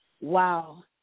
Wow